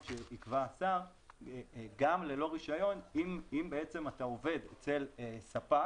שיקבע השר גם ללא רישיון אם בעצם אתה עובד אצל ספק